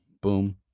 boom